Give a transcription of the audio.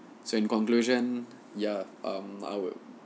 so in conclusion ya um I would